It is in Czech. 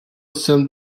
jsem